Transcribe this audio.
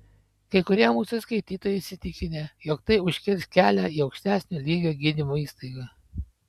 kai kurie mūsų skaitytojai įsitikinę jog tai užkirs kelią į aukštesnio lygio gydymo įstaigą